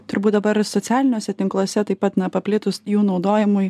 turbūt dabar socialiniuose tinkluose taip pat na paplitus jų naudojimui